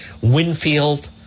Winfield